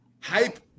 hype